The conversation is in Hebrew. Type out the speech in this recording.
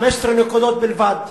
15 נקודות בלבד.